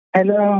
Hello